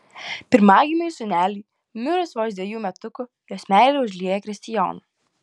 pirmagimiui sūneliui mirus vos dvejų metukų jos meilė užlieja kristijoną